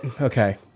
Okay